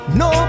no